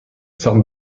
sorte